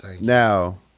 Now